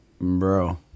Bro